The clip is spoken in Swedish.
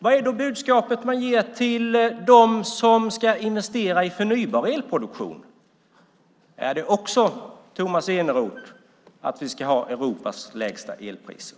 Vad är då budskapet till dem som ska investera i förnybar elproduktion? Är budskapet även till dem, Tomas Eneroth, att vi ska ha Europas lägsta elpriser?